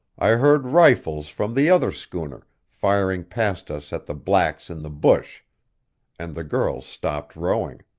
i heard rifles from the other schooner, firing past us at the blacks in the bush and the girl stopped rowing.